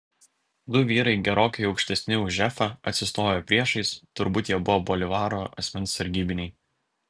du vyrai gerokai aukštesni už efą atsistojo priešais turbūt jie buvo bolivaro asmens sargybiniai